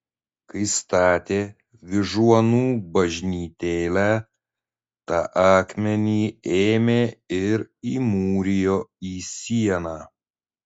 kai statė vyžuonų bažnytėlę tą akmenį ėmė ir įmūrijo į sieną